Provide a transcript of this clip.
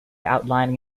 outlining